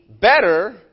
better